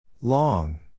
Long